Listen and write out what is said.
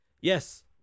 Yes